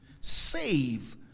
Save